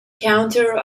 counter